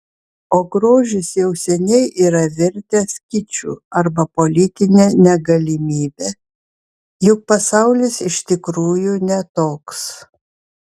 o grožis jau seniai yra virtęs kiču arba politine negalimybe juk pasaulis iš tikrųjų ne toks